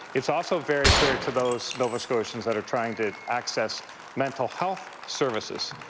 it's also very clear to those nova scotians that are trying to access mental health services.